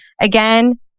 Again